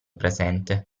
presente